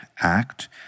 Act